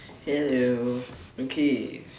hello okay